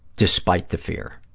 despite the fear,